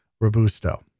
Robusto